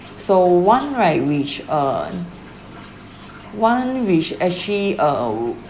so one right which err one which actually err